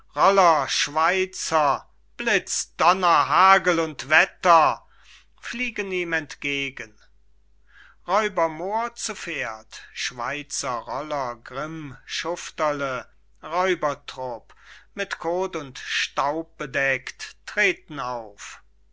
schweizer bliz donner hagel und wetter fliegen ihm entgegen räuber moor zu pferd schweizer roller grimm schufterle räubertrupp mit koth und staub bedeckt treten